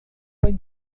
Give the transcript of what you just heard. bem